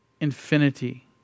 infinity